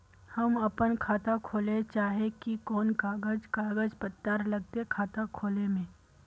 हम अपन खाता खोले चाहे ही कोन कागज कागज पत्तार लगते खाता खोले में?